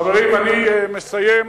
חברים, אני מסיים.